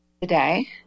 today